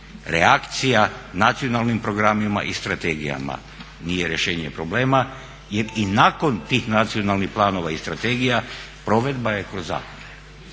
Reakcija nacionalnim programima i strategijama nije rješenje problema jer i nakon tih nacionalnih planova i strategija provedba je kroz zakone.